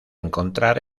encontrar